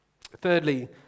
Thirdly